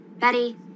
Betty